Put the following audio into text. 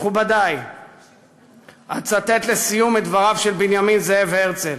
מכובדי, אצטט, לסיום, מדבריו של בנימין זאב הרצל: